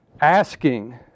Asking